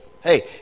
Hey